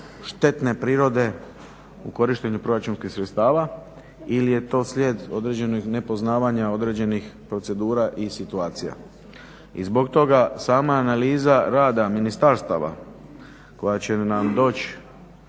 štetne prirode u korištenju proračunskih sredstava ili je to slijed određenih nepoznavanja, određenih procedura i situacija. I zbog toga sama analiza rada ministarstava koja će nam doći